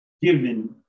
given